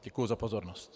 Děkuji za pozornost.